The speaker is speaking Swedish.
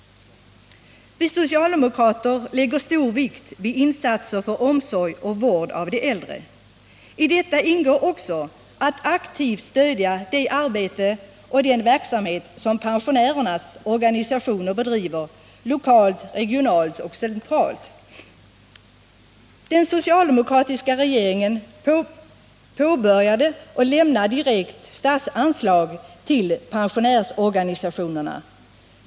Vi socialdemokrater lägger stor vikt vid insatser för omsorg och vård av de äldre. I detta ingår också att aktivt stödja det arbete och den verksamhet som pensionärernas organisationer bedriver lokalt, regionalt och centralt. Den socialdemokratiska regeringen började lämna direkta statsanslag till pensionärsorganisationerna.